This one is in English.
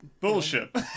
Bullshit